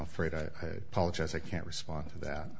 afraid i apologize i can't respond to that